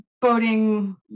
boating